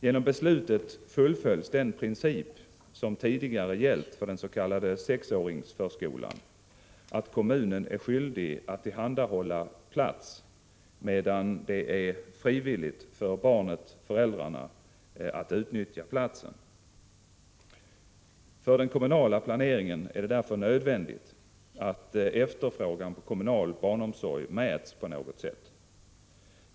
Genom beslutet fullföljs den princip som tidigare gällt för den s.k. sexåringsförskolan, att kommunen är skyldig att tillhandahålla plats medan det är frivilligt för barnet/föräldrarna att utnyttja platsen. För den kommunala planeringen är det därför nödvändigt att efterfrågan på kommunal barnomsorg mäts på något sätt.